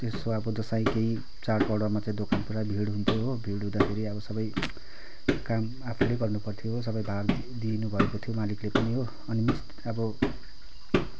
त्यस्तो अब दसैँ केही चाड पर्वमा चाहिँ दोकान पुरा भिड हुन्थ्यो हो भिड हुँदाखेरि अब सबै काम आफूले गर्नु पर्थ्यो सबै भार दिनुभएको थियो मालिकले पनि हो अनि मिन्स अब